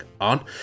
on